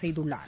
செய்துள்ளார்